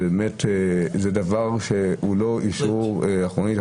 זה דבר שהוא לא אשרור אחורנית.